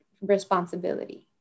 responsibility